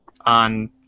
On